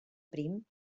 prim